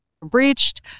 breached